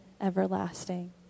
everlasting